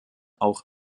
auch